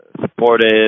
supportive